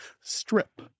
strip